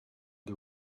the